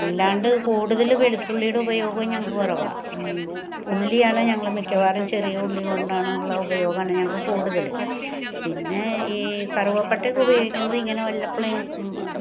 അല്ലാണ്ട് കൂടുതൽ വെളുത്തുള്ളിയുടെ ഉപയോഗവും ഞങ്ങൾക്ക് കുറവാണ് ഉള്ളിയാണ് ഞങ്ങൾ മിക്കവാറും ചെറിയ ഉള്ളി കൊണ്ടാണ് ഉള്ള ഉപയോഗമാണ് ഞങ്ങൾക്ക് കൂടുതൽ പിന്നെ ഈ കറുവപ്പട്ടയൊക്കെ ഉപയോഗിക്കുന്നത് ഇങ്ങനെ വല്ലപ്പോഴും